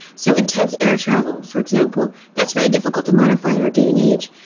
so intense air travel, for example, that's very difficult to modify in our day and age.